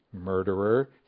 Murderer